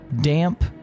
damp